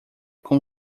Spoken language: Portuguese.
com